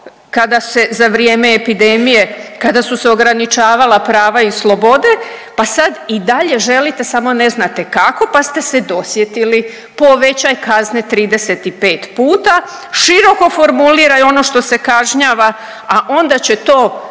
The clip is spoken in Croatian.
za vrijeme epidemije, kada su se ograničavala prava i slobode pa sad i dalje želite, samo ne znate kako pa ste se dosjetili povećaj kazne 35 puta, široko formuliraj ono što se kažnjava, a onda će to